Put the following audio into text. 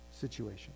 situation